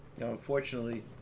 unfortunately